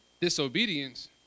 disobedience